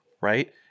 right